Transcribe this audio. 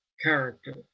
character